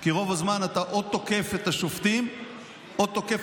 כי רוב הזמן אתה או תוקף את השופטים או תוקף